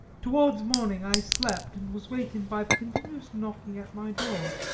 towards morning i slept and was wakened by the continuous knocking at my door,